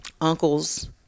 Uncles